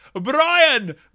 Brian